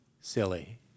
silly